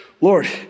Lord